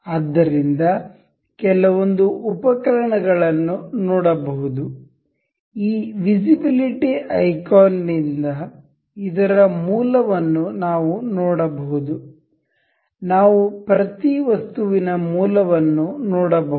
ಆದ್ದರಿಂದ ಕೆಲವೊಂದು ಉಪಕರಣಗಳನ್ನು ನೋಡಬಹುದು ಈ ವಿಸಿಬಿಲಿಟಿ ಐಕಾನ್ ನಿಂದ ಇದರ ಮೂಲವನ್ನು ನಾವು ನೋಡಬಹುದು ನಾವು ಪ್ರತಿ ವಸ್ತುವಿನ ಮೂಲವನ್ನು ನೋಡಬಹುದು